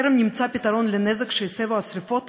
טרם נמצא פתרון לנזק שהסבו השרפות